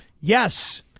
Yes